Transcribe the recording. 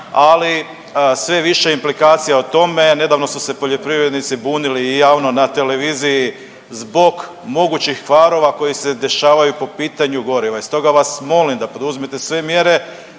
ali sve je više implikacija o tome. Nedavno su se poljoprivrednici bunili i javno na televiziji zbog mogućih kvarova koji se dešavaju po pitanju goriva. I stoga vas molim da poduzmete sve mjere